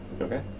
Okay